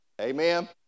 Amen